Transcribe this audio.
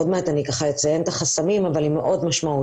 עוד מעט אני אציין את החסמים היא מאוד משמעותית.